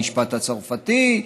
במשפט הצרפתי,